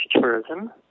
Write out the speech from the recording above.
tourism